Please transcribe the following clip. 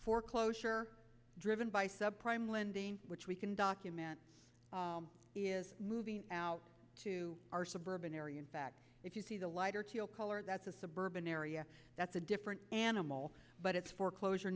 foreclosure driven by subprime lending which we can document is moving out to our suburban area in fact if you see the light or tail color that's a suburban area that's a different animal but it's foreclosure